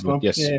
yes